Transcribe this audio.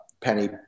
penny